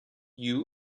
you